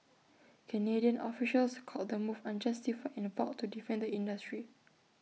Canadian officials called the move unjustified and vowed to defend the industry